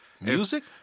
Music